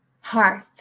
heart